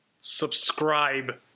subscribe